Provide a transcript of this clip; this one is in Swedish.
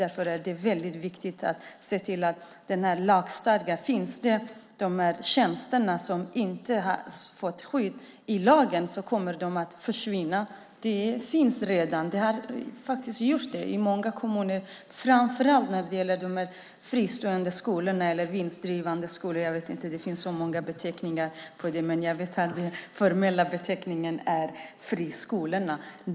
Det är väldigt viktigt att se till att lagfästa att de här tjänsterna ska finnas. Om de inte har skydd i lagen kommer de att försvinna. Det har redan hänt i många kommuner, framför allt när det gäller de fristående eller vinstdrivande skolorna. Det finns så många beteckningar, men den formella beteckningen är friskolor.